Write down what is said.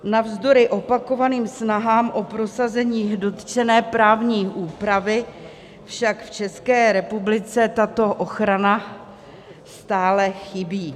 Navzdory opakovaným snahám o prosazení dotčené právní úpravy však v České republice tato ochrana stále chybí.